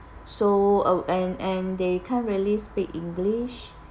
so and and they can't really speak english